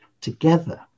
together